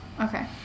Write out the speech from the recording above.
Okay